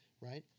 right